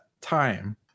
time